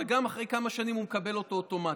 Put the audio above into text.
וגם אחרי כמה שנים הוא מקבל אותו אוטומטית.